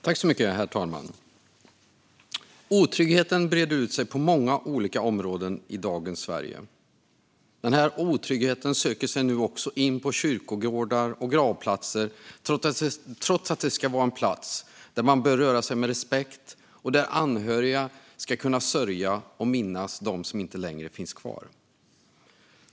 Herr talman! Otryggheten breder ut sig på många olika områden i dagens Sverige. Denna otrygghet söker sig nu också in på kyrkogårdar och gravplatser trots att det är en plats där man bör röra sig med respekt och där anhöriga ska kunna sörja och minnas dem som inte längre finns kvar.